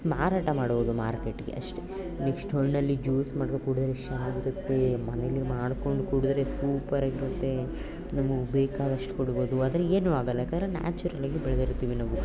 ಮಾರಾಟ ಮಾಡ್ಬೌದು ಮಾರ್ಕೆಟ್ಟಿಗೆ ಅಷ್ಟೆ ನೆಕ್ಸ್ಟ್ ಹಣ್ಣಲ್ಲಿ ಜ್ಯೂಸ್ ಮಾಡ್ಕೊಂಡ್ ಕುಡಿದರೆ ಎಷ್ಟು ಚೆನ್ನಾಗಿರುತ್ತೆ ಮನೇಲಿ ಮಾಡ್ಕೊಂಡು ಕುಡಿದರೆ ಸೂಪರಾಗಿರುತ್ತೆ ನಮಗೆ ಬೇಕಾದಷ್ಟು ಕುಡಿಬೌದು ಆದರೆ ಏನು ಆಗೋಲ್ಲ ಯಾಕಂದರೆ ನ್ಯಾಚುರಲ್ಲಾಗಿ ಬೆಳ್ದಿರ್ತೀವಿ ನಾವು